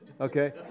Okay